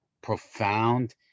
profound